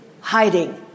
hiding